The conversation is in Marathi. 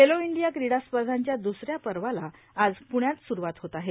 खेलो इंडिया क्रीडा स्पर्धांच्या दुसऱ्या पर्वाला आज पृण्यात सुरूवात होत आहे